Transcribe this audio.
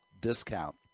discount